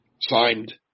signed